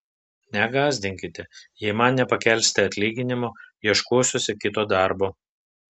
negąsdinkite jei man nepakelsite atlyginimo ieškosiuosi kito darbo